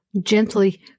gently